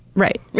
right.